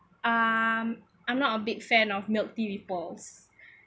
um I'm not a big fan of milk tea with pearls